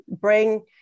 bring